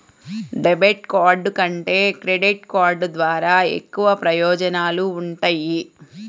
debit card కంటే credit card ద్వారా ఎక్కువ ప్రయోజనాలు వుంటయ్యి